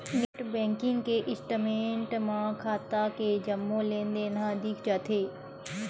net banking के statement म खाता के जम्मो लेनदेन ह दिख जाथे